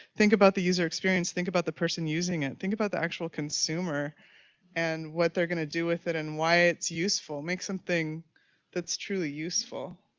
think about the user experience, think about the person using it, think about the actual consumer and what they're going to do with it and why it's useful. make something that's truly useful,